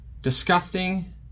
disgusting